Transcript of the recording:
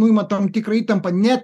nuima tam tikrą tampą net